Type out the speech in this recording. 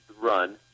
run